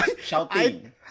Shouting